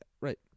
Right